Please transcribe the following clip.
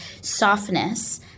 softness